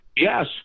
Yes